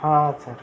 हां सर